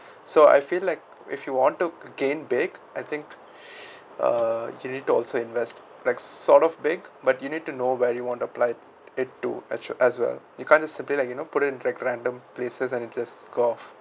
so I feel like if you want to gain big I think uh you need also invest like sort of big but you need to know where you want to apply it to as~ as well you can't just simple like you know put it in like random places and then just go off